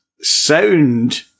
sound